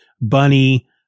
Bunny